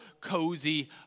cozy